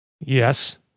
Yes